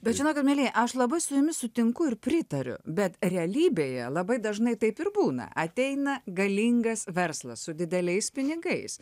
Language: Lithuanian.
bet žinote mielieji aš labai su jumis sutinku ir pritariu bet realybėje labai dažnai taip ir būna ateina galingas verslas su dideliais pinigais